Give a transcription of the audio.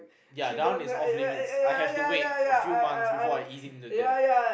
ya that one is off limits I have to wait a few months before I ease into that